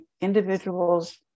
individuals